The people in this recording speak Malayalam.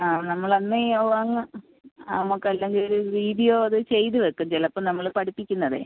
ആ നമ്മൾ അന്ന് ഓ അങ്ങ് ആ നമുക്ക് അല്ലെങ്കിൽ ഒരു വീഡിയോ അത് ചെയ്ത് വെക്കും ചിലപ്പോൾ നമ്മൾ പഠിപ്പിക്കുന്നതേ